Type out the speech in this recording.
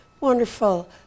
wonderful